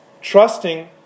trusting